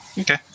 Okay